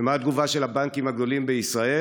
ומה התגובה של הבנקים הגדולים בישראל?